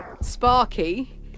Sparky